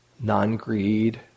non-greed